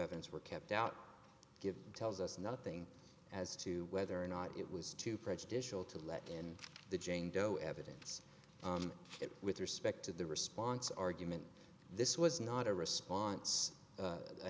evidence were kept out given tells us nothing as to whether or not it was too prejudicial to let in the jane doe evidence with respect to the response argument this was not a response a